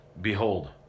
Behold